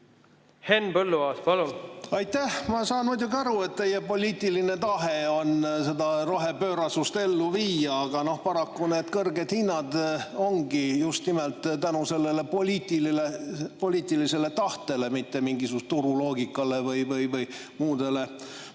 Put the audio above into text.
Henn Põlluaas, palun! Aitäh! Ma saan muidugi aru, et teie poliitiline tahe on seda rohepöörasust ellu viia, aga paraku need kõrged hinnad ongi [tekkinud] just nimelt tänu sellele poliitilisele tahtele, mitte mingisugusele turuloogikale või muudele